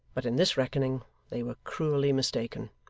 but in this reckoning they were cruelly mistaken,